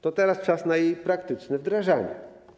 To teraz czas na jej praktyczne wdrażanie.